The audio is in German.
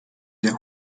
der